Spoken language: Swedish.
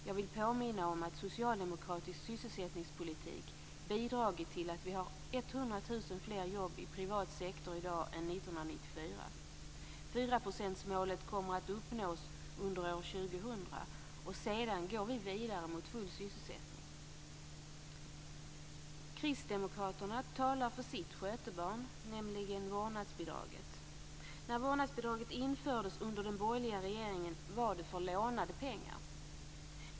Jag vill påminna om att socialdemokratisk sysselsättningspolitik bidragit till att vi har 100 000 fler jobb i privat sektor i dag än 1994. 4-procentsmålet kommer att uppnås under år 2000, och sedan går vi vidare mot full sysselsättning. Kristdemokraterna talar för sitt "skötebarn", nämligen vårdnadsbidraget. När vårdnadsbidraget infördes under den borgerliga regeringen var det för lånade pengar.